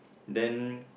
then